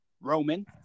Roman